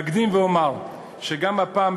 אקדים ואומר שגם הפעם,